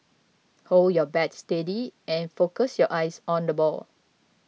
hold your bat steady and focus your eyes on the ball